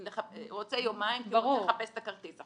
הוא רוצה יומיים כדי לחפש את הכרטיס.